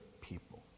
people